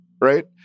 right